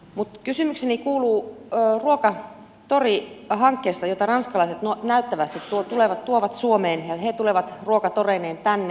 mutta kysymykseni koskee ruokatorihanketta jota ranskalaiset näyttävästi tuovat suomeen ja he tulevat ruokatoreineen tänne